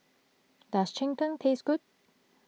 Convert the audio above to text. does Cheng Tng Taste Good